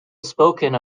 spoken